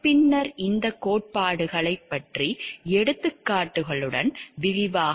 பின்னர் இந்த கோட்பாடுகளைப் பற்றி எடுத்துக்காட்டுகளுடன் விரிவாக விவாதிப்போம்